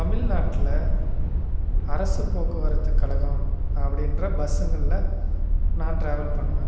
தமிழ்நாட்ல அரசுப்போக்குவரத்து கழகம் அப்படின்ற பஸ்ஸுங்களில் நான் ட்ராவல் பண்ணுவேன்